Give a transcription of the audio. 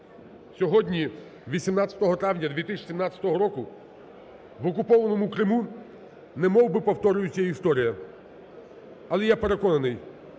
Сьогодні, 18 травня 2017 року, в окупованому Криму немовби повторюється історія. Але я переконаний,